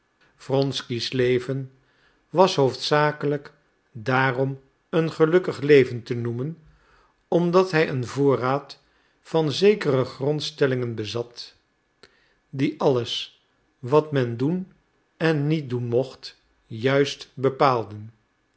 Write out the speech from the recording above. wronsky's leven was hoofdzakelijk daarom een gelukkig leven te noemen omdat hij een voorraad van zekere grondstellingen bezat die alles wat men doen en niet doen mocht juist bepaalden